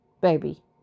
baby